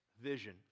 vision